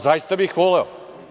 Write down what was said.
Zaista bih voleo.